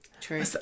True